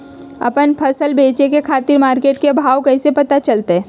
आपन फसल बेचे के खातिर मार्केट के भाव कैसे पता चलतय?